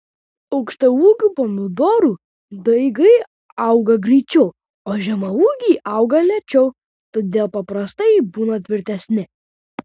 aukštaūgių pomidorų daigai auga greičiau o žemaūgiai auga lėčiau todėl paprastai būna tvirtesni